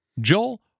Joel